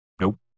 Nope